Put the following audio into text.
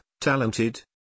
talented